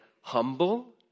humble